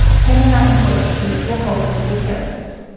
helena and voitski walk over to the terrace.